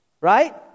Right